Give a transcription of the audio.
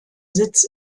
sitz